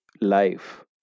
life